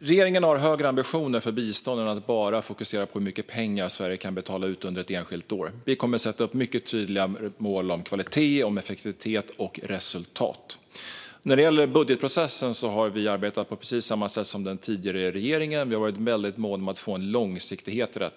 Regeringen har högre ambitioner för biståndet än att bara fokusera på hur mycket pengar Sverige kan betala ut under ett enskilt år. Vi kommer att sätta upp tydliga mål om kvalitet, effektivitet och resultat. I budgetprocessen har vi arbetat på precis samma sätt som den tidigare regeringen. Vi har varit måna om att få en långsiktighet i detta.